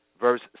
verse